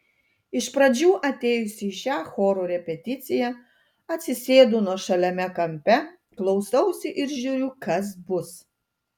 iš pradžių atėjusi į šią choro repeticiją atsisėdu nuošaliame kampe klausausi ir žiūriu kas bus